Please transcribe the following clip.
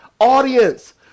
audience